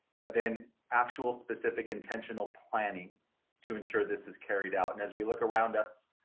but then actual specific, intentional planning to ensure this as carried out. and as we look around us,